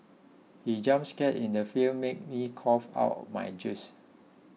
he jump scare in the film made me cough out my juice